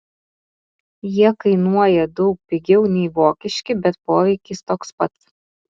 jie kainuoja daug pigiau nei vokiški bet poveikis toks pat